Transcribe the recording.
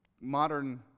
modern